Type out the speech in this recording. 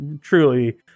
truly